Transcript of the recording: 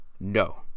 No